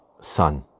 son